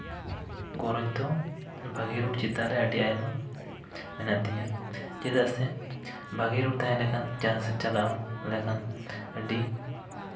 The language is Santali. ᱜᱚᱨᱚᱡ ᱫᱚ ᱵᱷᱟᱹᱜᱮ ᱨᱳᱰ ᱪᱮᱛᱟᱱ ᱨᱮ ᱟᱹᱰᱤ ᱟᱭᱢᱟ ᱢᱮᱱᱟᱜ ᱛᱤᱧᱟ ᱪᱮᱫᱟᱜ ᱥᱮ ᱵᱷᱟᱹᱜᱮ ᱨᱳᱰ ᱛᱟᱦᱮᱸ ᱞᱮᱱᱠᱷᱟᱱ ᱡᱟᱦᱟᱸ ᱥᱮᱫ ᱪᱟᱞᱟᱣ ᱞᱮᱱᱠᱷᱟᱱ ᱟᱹᱰᱤ